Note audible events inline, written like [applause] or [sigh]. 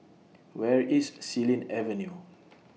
Where IS Xilin Avenue [noise]